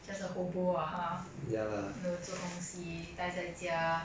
just a hobo ah !huh! 没有做东西呆在家